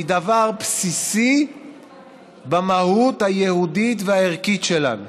דבר בסיסי במהות היהודית והערכית שלנו.